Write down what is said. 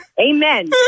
Amen